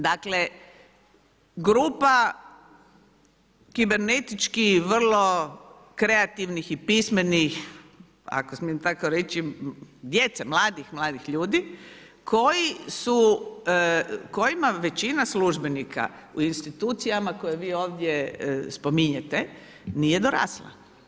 Dakle grupa kibernetički vrlo kreativnih i pismenih, ako tako smijem reći djeca, mladih, mladih ljudi koji su, kojima većina službenika u institucijama koje vi ovdje spominjete nije dorasla.